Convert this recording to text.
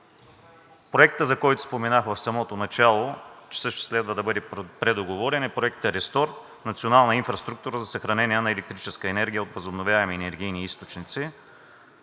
Проектът, за който споменах в самото начало и също следва да бъде предоговорен, е Проектът RESTORE Национална инфраструктура за съхранение на електрическа енергия от възобновяеми енергийни източници.